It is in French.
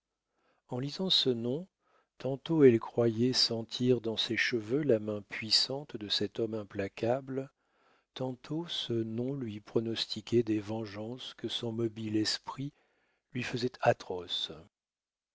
en lisant ce nom tantôt elle croyait sentir dans ses cheveux la main puissante de cet homme implacable tantôt ce nom lui pronostiquait des vengeances que son mobile esprit lui faisait atroces